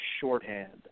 shorthand